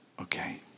okay